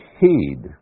heed